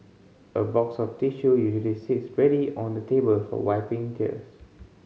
a box of tissue usually sits ready on the table for wiping tears